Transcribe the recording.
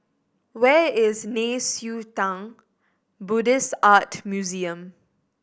where is Nei Xue Tang Buddhist Art Museum